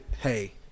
Hey